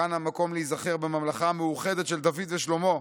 כאן המקום להיזכר בממלכה המאוחדת של דוד ושלמה.